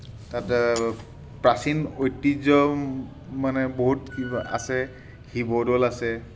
তাত প্ৰাচীন ঐতিহ্য মানে বহুত কিবা আছে শিৱদৌল আছে